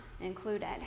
included